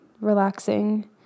relaxing